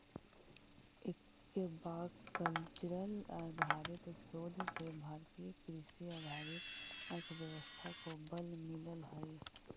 aquacultural आधारित शोध से भारतीय कृषि आधारित अर्थव्यवस्था को बल मिलअ हई